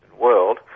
world